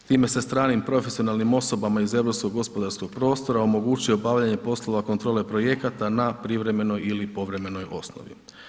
Time se stranim profesionalnim osobama iz europskog gospodarskog prostora omogućuje obavljanje poslova kontrole projekata na privremenoj ili povremenoj osnovi.